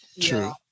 True